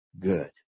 good